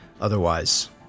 Otherwise